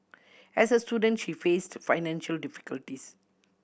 as a student she face to financial difficulties